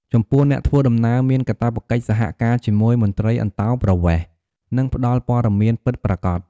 ចំពោះអ្នកធ្វើដំណើរមានកាតព្វកិច្ចសហការជាមួយមន្ត្រីអន្តោប្រវេសន៍ និងផ្តល់ព័ត៌មានពិតប្រាកដ។